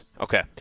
Okay